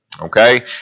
okay